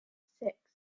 six